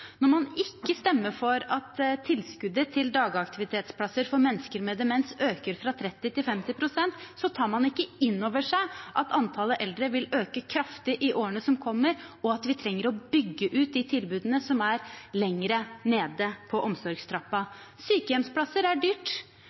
Når man ikke stemmer for at tilskuddet til dagaktivitetsplasser for mennesker med demens øker fra 30 pst. til 50 pst., tar man ikke inn over seg at antallet eldre vil øke kraftig i årene som kommer, og at vi trenger å bygge ut de tilbudene som er lenger nede på omsorgstrappen. Sykehjemsplasser er dyrt,